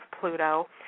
Pluto